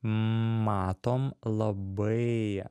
matom labai